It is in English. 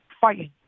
fighting